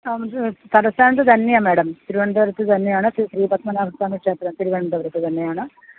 അത് തലസ്ഥാനത്തു തന്നെയാണ് മേടം തിരുവനന്തപുരത്തു തന്നെയാണ് ശ്രീപത്മനാഭസ്വാമി ക്ഷേത്രം തിരുവനന്തപുരത്തു തന്നെയാണ്